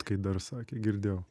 kai dar sakė girdėjau